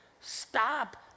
Stop